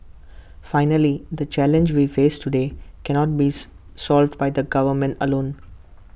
finally the challenges we face today cannot be solved by the government alone